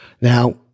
Now